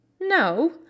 No